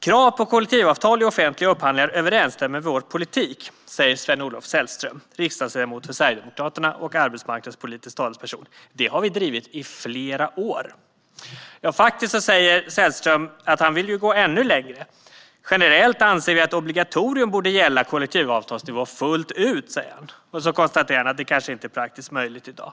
Krav på kollektivavtal i offentliga upphandlingar överensstämmer med vår politik, säger Sven-Olof Sällström, riksdagsledamot för Sverigedemokraterna och arbetsmarknadspolitisk talesperson. Det har vi drivit i flera år. Sven-Olof Sällström säger faktiskt att han vill gå ännu längre. Han säger: Generellt anser vi att obligatorium borde gälla kollektivavtalsnivå fullt ut. Men han konstaterar att det kanske inte är praktiskt möjligt i dag.